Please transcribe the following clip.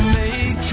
make